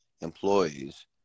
employees